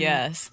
Yes